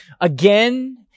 Again